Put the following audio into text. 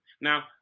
Now